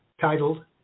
titled